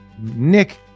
Nick